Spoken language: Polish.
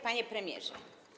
Panie Premierze!